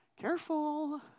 Careful